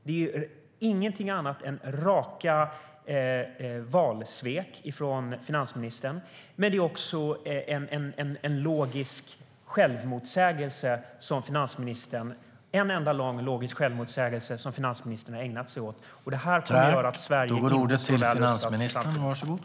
Det är ingenting annat än rena vallöftessvek från finansministerns sida. Men det är också en enda lång självmotsägelse som finansministern har ägnat sig åt. Det här kommer att göra att Sverige inte står väl rustat inför framtiden.